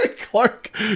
Clark